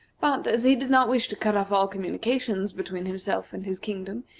but, as he did not wish to cut off all communication between himself and his kingdom,